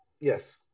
yes